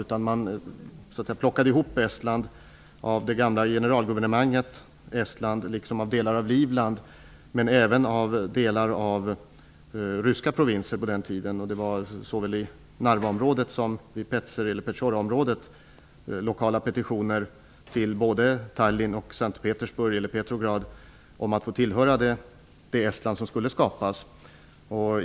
Estland bildades av det gamla generalguvernementet Estland och av delar av Livland samt av delar av på den tiden ryska provinser, såväl i Narvaområdet som i Petseri/Petjoraområdet. Det skedde genom lokala petitioner till både Tallinn och Petrograd, om att få tillhöra det Estland som skulle skapas.